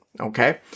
okay